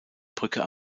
brücke